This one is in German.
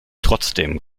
trotzdem